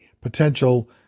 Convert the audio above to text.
potential